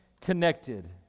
connected